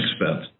expense